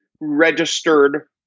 registered